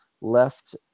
left